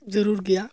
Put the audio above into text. ᱡᱟᱹᱨᱩᱲ ᱜᱮᱭᱟ